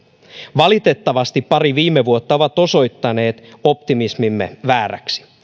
valitettavasti pari viime vuotta ovat osoittaneet optimismimme vääräksi